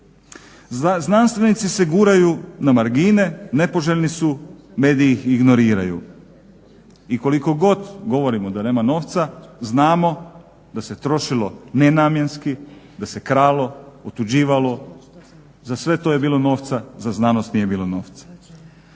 Znanstvenici se guraju na margine, nepoželjni su, mediji ih ignoriraju. I koliko god govorimo da nema novca znamo da se trošilo nenamjenski, da se kralo, otuđivalo, za sve to je bilo novca, za znanost nije bilo novca.